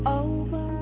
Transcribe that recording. over